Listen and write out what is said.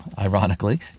ironically